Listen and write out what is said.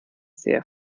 sehr